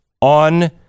on